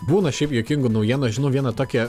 būna šiaip juokingų naujienų aš žinau vieną tokią